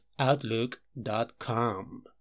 Outlook.com